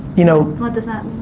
you know what does that